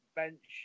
bench